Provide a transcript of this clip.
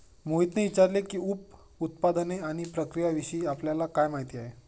मोहितने विचारले की, उप उत्पादने आणि प्रक्रियाविषयी आपल्याला काय माहिती आहे?